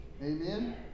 Amen